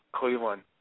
Cleveland